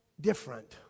different